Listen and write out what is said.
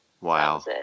Wow